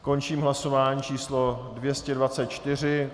Končím hlasování číslo 224.